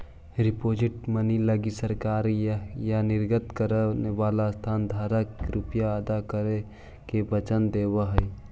representative money लगी सरकार या निर्गत करे वाला संस्था धारक के रुपए अदा करे के वचन देवऽ हई